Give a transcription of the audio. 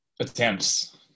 Attempts